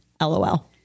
LOL